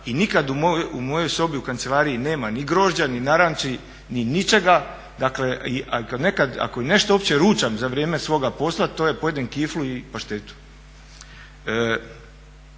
i nikad u mojoj sobi u kancelariji nema ni grožđa ni naranči ni ničega. Dakle, ako nekad nešto uopće ručam za vrijeme svoga posla to je pojedem kiflu i paštetu.